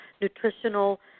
nutritional